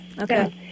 Okay